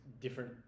different